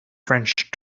french